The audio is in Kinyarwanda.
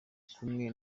kumwe